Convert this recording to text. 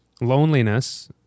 loneliness